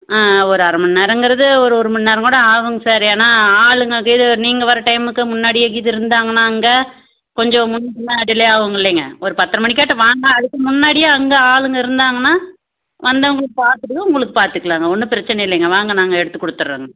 ஆ ஒரு அரைமண்நேரங்கிறது ஒரு ஒருமணிநேரம்கூட ஆகும்ங்க சார் ஏன்னா ஆளுங்க கீழு நீங்கள் வர டைமுக்கு முன்னாடியே கீது இருந்தாங்ன்னா அங்கே கொஞ்சம் முன்னபின்ன டிலே ஆகுங்க இல்லைங்க ஒரு பத்தரைமணிக்காட்ட வாங்க அதுக்கு முன்னாடியே அங்கே ஆளுங்க இருந்தாங்கன்னா வந்தவங்களுக்கு பார்த்துட்டுதான் உங்களுக்கு பார்த்துக்கலாங்க ஒன்றும் பிரச்சனை இல்லைங்க வாங்க நாங்கள் எடுத்துக்குடுத்துடுறோங்க